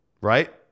right